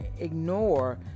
ignore